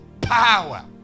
power